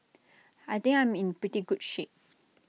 I think I'm in pretty good shape